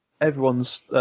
everyone's